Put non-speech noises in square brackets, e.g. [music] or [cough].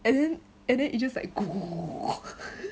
and then and then you just like [noise]